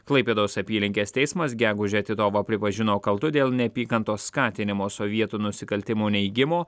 klaipėdos apylinkės teismas gegužę titovą pripažino kaltu dėl neapykantos skatinimo sovietų nusikaltimų neigimo